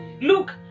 look